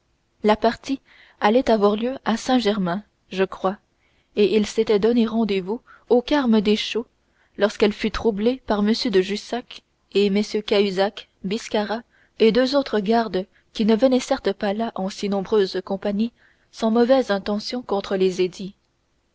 la partie allait avoir lieu à saint-germain je crois et ils s'étaient donné rendez-vous aux carmes deschaux lorsqu'elle fut troublée par m de jussac et mm cahusac biscarat et deux autres gardes qui ne venaient certes pas là en si nombreuse compagnie sans mauvaise intention contre les édits